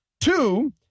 Two